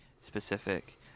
specific